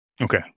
Okay